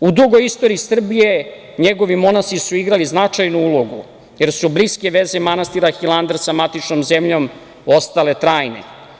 U dugoj istoriji Srbije njegovi monasi su igrali značajnu ulogu, jer su bliske veze manastira Hilandar sa matičnom zemljom ostale trajne.